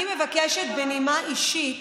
אני גם מבקשת, בנימה אישית,